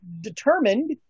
determined